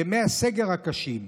ימי הסגר הקשים,